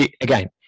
again